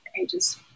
ages